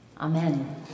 Amen